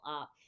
up